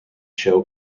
show